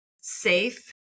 safe